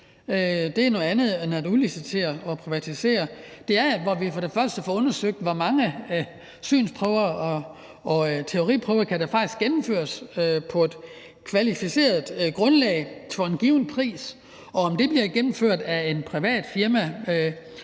er noget andet end at udlicitere og privatisere. Vi skal få undersøgt, hvor mange synsprøver og teoriprøver der faktisk kan gennemføres på et kvalificeret grundlag til en given pris. Om det bliver gennemført af et privat firma